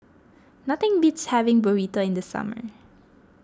nothing beats having Burrito in the summer